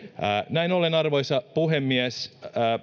näin ollen arvoisa puhemies